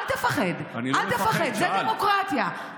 אל תפחד, אל תפחד, זאת דמוקרטיה.